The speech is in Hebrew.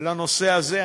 הנושא הזה.